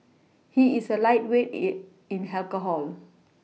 he is a lightweight in in alcohol